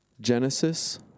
Genesis